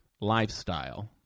lifestyle